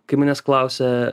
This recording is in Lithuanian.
kai manęs klausia